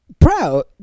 proud